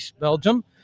belgium